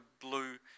blue